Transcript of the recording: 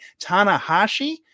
Tanahashi